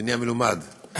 אדוני המלומד,